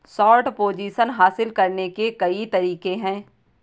short position हासिल करने के कई तरीके हैं